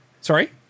sorry